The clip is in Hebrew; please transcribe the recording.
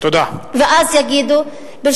ואז יגידו, תודה.